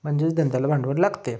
म्हणजेच धंद्याला भांडवल लागत आहे